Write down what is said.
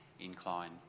incline